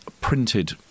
printed